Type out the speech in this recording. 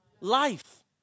life